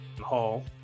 hall